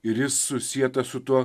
ir jis susietas su tuo